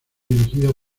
dirigido